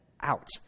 out